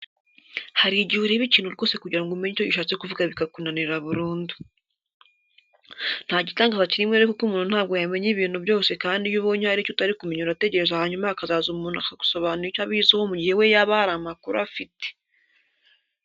Hari igihe ureba ikintu rwose kugira ngo umenye icyo gishatse kuvuga bikakunanira burundu. Nta gitangaza kirimo rero kuko umuntu ntabwo yamenya ibintu byose kandi iyo ubonye hari icyo utari kumenya urategereza hanyuma hakazaza umuntu akagusobanurira icyo abiziho mu gihe we yaba hari amakuru afite.